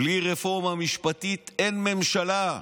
בלי רפורמה משפטית אין ממשלה.